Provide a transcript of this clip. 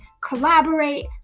collaborate